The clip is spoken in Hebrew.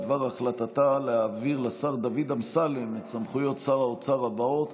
בדבר החלטתה להעביר לשר דוד אמסלם את סמכויות שר האוצר הבאות: